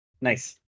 Nice